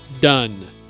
done